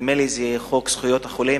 נדמה לי שזה חוק זכויות החולה,